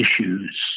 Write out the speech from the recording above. issues